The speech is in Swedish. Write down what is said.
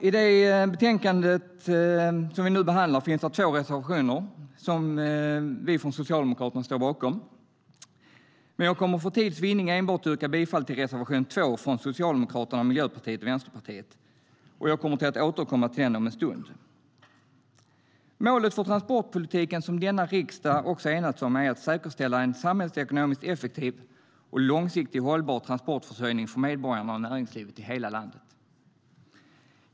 I betänkandet som vi nu behandlar finns två reservationer som vi från Socialdemokraterna står bakom, men jag kommer för tids vinnande att yrka bifall enbart till reservation 2 från Socialdemokraterna, Miljöpartiet och Vänsterpartiet. Jag återkommer till den om en stund. Målet för transportpolitiken som denna riksdag enats om är att säkerställa en samhällsekonomisk, effektiv och långsiktigt hållbar transportförsörjning för medborgarna och näringslivet i hela landet.